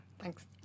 Thanks